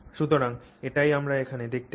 সুতরাং এটাই আমরা এখানে দেখতে পাই